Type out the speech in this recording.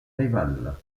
rivale